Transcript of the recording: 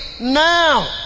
now